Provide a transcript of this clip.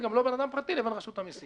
וגם לא בין אדם פרטי לבין רשות המסים,